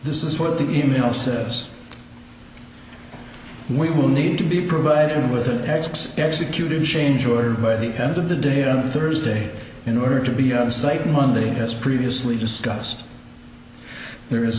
this is what the e mail says we will need to be provided with an x executed change order by the end of the day on thursday in order to be on site monday as previously discussed there is